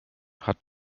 hat